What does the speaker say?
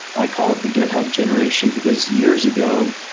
i call it the github generation, because years ago,